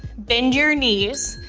bend your knees,